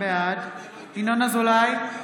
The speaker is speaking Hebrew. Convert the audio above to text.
בעד ינון אזולאי,